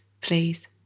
please